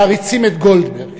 מעריצים את גולדברג